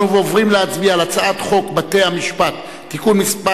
אנחנו עוברים להצביע על הצעת חוק בתי-המשפט (תיקון מס'